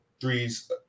threes